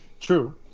True